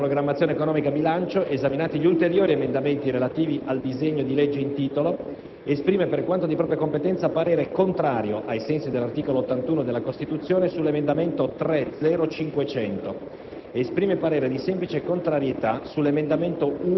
rinviata». «La Commissione programmazione economica, bilancio, esaminati gli ulteriori emendamenti relativi al disegno di legge in titolo, esprime per quanto di propria competenza, parere contrario, ai sensi dell'articolo 81 della Costituzione, sull'emendamento 3.0.500,